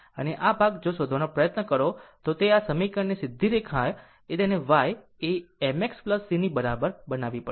હવે આ ભાગ જો શોધવાનો પ્રયત્ન કરો તો આ સમીકરણની સીધી રેખાએ તેને yએ m x cની બરાબર બનાવવી પડશે